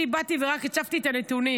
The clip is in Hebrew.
אני רק באתי והצפתי את הנתונים,